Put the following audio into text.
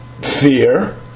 fear